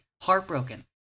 heartbroken